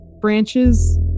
branches